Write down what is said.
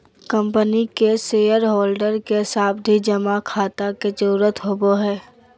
company के shareholder के सावधि जमा खाता के जरूरत होवो हय